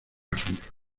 asombroso